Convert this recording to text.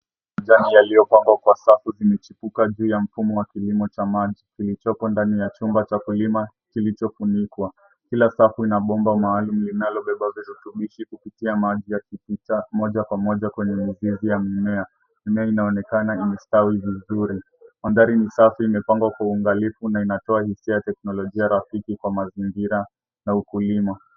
Mimea yaliyopangwa kwa safu zimechipika juu ya mifumo wa kilimo cha maji kilichoko ndani ya chumba cha kulima kilicho funikwa. Kila safu ina bomba maalumu linalobeba virutubishi kupitia maji yakipita moja kwa moja kwenye mizizi ya mimea. Mimea inaonekana imestawi vizuri. Mandhari ni safi imepangwa kwa uangalifu na inatoa hisia ya teknolojia rafiki kwa mazingira ya ukulima.